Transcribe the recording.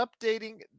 updating